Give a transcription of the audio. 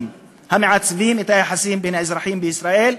המעצבים את היחסים בין האזרחים בישראל,